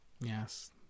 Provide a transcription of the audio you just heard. Yes